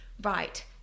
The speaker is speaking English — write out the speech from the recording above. Right